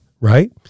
Right